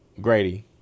Grady